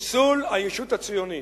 חיסול הישות הציונית.